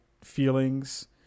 feelings